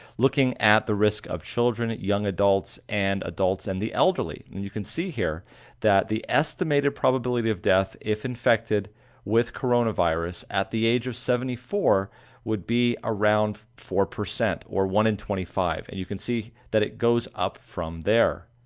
looking at the risk of children young adults and adults and the elderly, and you can see here that the estimated probability of death if infected with coronavirus at the age of seventy four would be around four percent or one in twenty five, and you can see that it goes up from there.